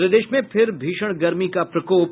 प्रदेश में फिर भीषण गर्मी का प्रकोप